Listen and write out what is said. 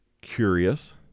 curious